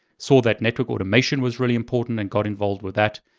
saw that network automation was really important and got involved with that.